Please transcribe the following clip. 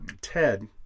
Ted